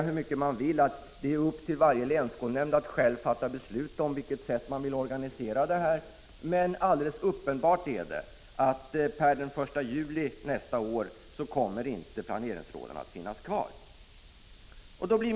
Hur mycket man än säger att det ankommer på varje länsskolnämnd att själv fatta beslut om det sätt på vilket 1 man vill organisera sin verksamhet, så är det ändå alldeles uppenbart att planeringsråden inte kommer att finnas kvar per den 1 juli nästa år.